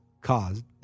caused